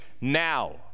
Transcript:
Now